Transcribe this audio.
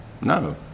no